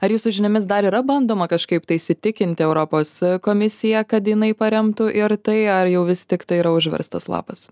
ar jūsų žiniomis dar yra bandoma kažkaip tais įtikinti europos komisiją kad jinai paremtų ir tai ar jau vis tiktai yra užverstas lapas